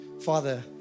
Father